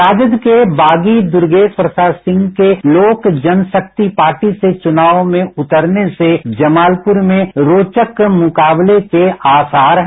जदयू के बागी दुर्गेश प्रसाद सिंह के लोक जनशक्ति पार्टी से चुनाव में उतरने से जमालपुर में रोचक मुकाबले के आसार है